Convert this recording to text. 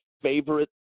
favorite